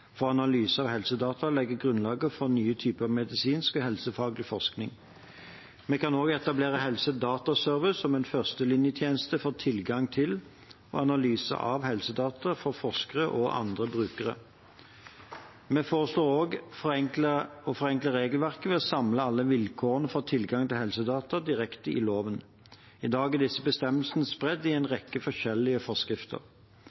for analyse av helsedata og legge grunnlaget for nye typer medisinsk og helsefaglig forskning. Vi kan også etablere Helsedataservice som en førstelinjetjeneste for tilgang til og analyse av helsedata for forskere og andre brukere. Vi foreslår også å forenkle regelverket ved å samle alle vilkårene for tilgang til helsedata direkte i loven. I dag er disse bestemmelsene spredd i en